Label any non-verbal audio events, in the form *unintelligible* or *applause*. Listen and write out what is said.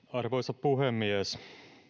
*unintelligible* arvoisa puhemies